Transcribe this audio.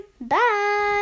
bye